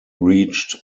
reached